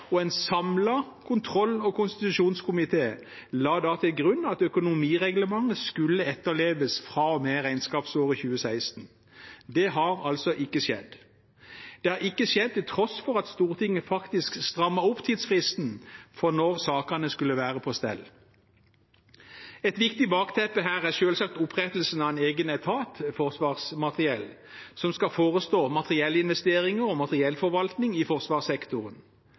2015. En samlet kontroll- og konstitusjonskomité la da til grunn at økonomireglementet skulle etterleves fra og med regnskapsåret 2016. Det har ikke skjedd, til tross for at Stortinget strammet inn tidsfristen for når sakene skulle være på stell. Et viktig bakteppe her er selvsagt opprettelsen av en egen etat, Forsvarsmateriell, som skal forestå materiellinvesteringer og materiellforvaltning i forsvarssektoren.